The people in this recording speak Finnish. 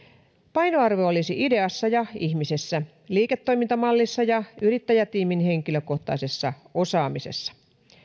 painoarvo olisi ideassa ja ihmisessä liiketoimintamallissa ja yrittäjätiimin henkilökohtaisessa osaamisessa